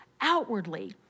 outwardly